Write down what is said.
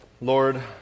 Lord